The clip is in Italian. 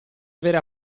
avere